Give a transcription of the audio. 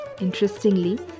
Interestingly